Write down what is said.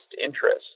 interest